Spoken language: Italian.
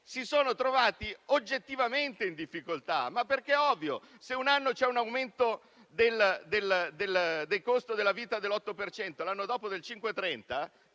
si sono trovate oggettivamente in difficoltà. È ovvio; se in un anno c'è un aumento del costo della vita dell'8 per cento, l'anno dopo del 5,30,